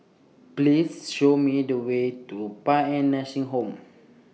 Please Show Me The Way to Paean Nursing Home